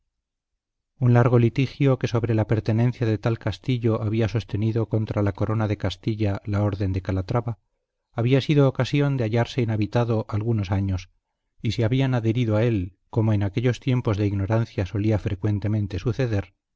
un largo litigio que sobre la pertenencia de tal castillo había sostenido contra la corona de castilla la orden de calatrava había sido ocasión de hallarse inhabitado algunos años y se habían adherido a él como en aquellos tiempos de ignorancia solía frecuentemente suceder